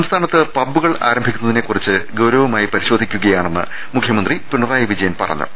സംസ്ഥാനത്ത് പബ്ബുകൾ ആരംഭിക്കുന്നതിനെ കുറിച്ച് ഗൌരവ മായി പരിശോധിക്കുകയാണെന്ന് മുഖ്യമന്ത്രി പിണറായി വിജയൻ പറഞ്ഞു